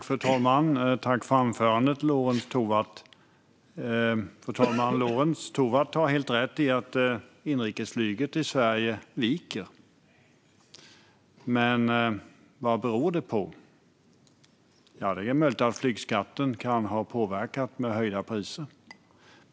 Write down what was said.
Fru talman! Tack, Lorentz Tovatt, för anförandet! Lorentz Tovatt har helt rätt i att inrikesflyget viker. Vad beror det på? Det är möjligt att flygskatten kan ha påverkat med höjda priser.